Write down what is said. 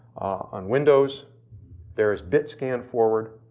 on windows there is bitscanforward.